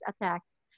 attacks